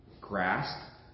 Grasp